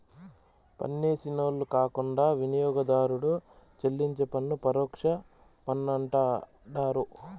పన్నేసినోళ్లు కాకుండా వినియోగదారుడు చెల్లించే పన్ను పరోక్ష పన్నంటండారు